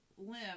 limb